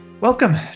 Welcome